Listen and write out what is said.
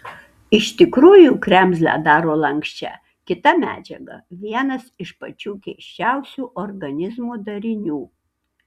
iš tikrųjų kremzlę daro lanksčią kita medžiaga vienas iš pačių keisčiausių organizmo darinių